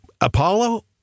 Apollo